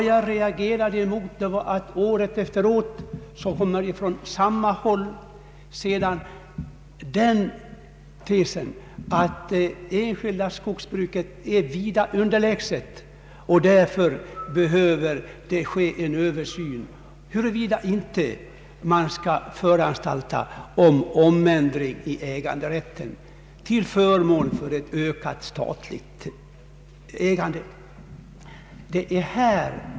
Men jag reagerade mot den år efter år från samma håll framförda tesen att det enskilda skogsbruket är vida underlägset och att man därför behöver undersöka huruvida man inte bör vidta en ändring i äganderätten till förmån för ett ökat statligt ägande.